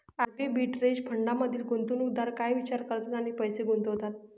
Arbitrage फंडांमधील गुंतवणूकदार काय विचार करतात आणि पैसे गुंतवतात?